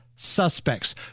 Suspects